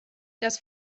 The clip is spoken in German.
dass